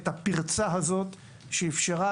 את הפרצה הזאת שאפשרה,